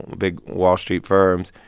big wall street firms.